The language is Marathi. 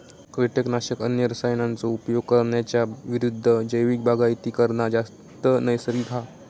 किटकनाशक, अन्य रसायनांचो उपयोग करणार्यांच्या विरुद्ध जैविक बागायती करना जास्त नैसर्गिक हा